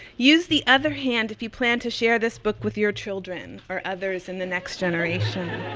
use the other hand if you plan to share this book with your children, or others in the next generation.